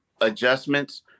adjustments